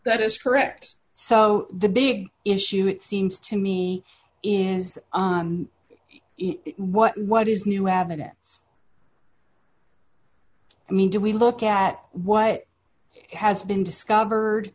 that is correct so the big issue it seems to me is what what is new evidence i mean do we look at what has been discovered